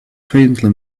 faintly